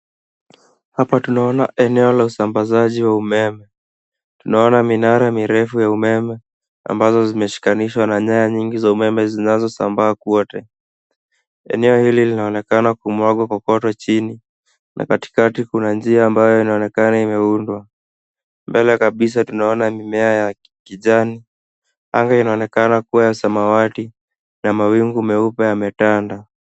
Hapa tunaona eneo la usambazaji wa umeme. Tunaona minara mirefu ya umeme ambazo zimeshikanishwa na nyaya nyingi za umeme zinazosambaa kwote. Eneo hili linaonekana kumwagwa kokoto na katikati kuna njia ambayo inaonekana imeundwa. Mbele kabisa tunaona mimea ya kijani. Anga inaonekana kuwa ya samawati na mawingu meupe yametanda.